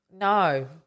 No